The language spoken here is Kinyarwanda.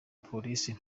polisi